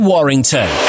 Warrington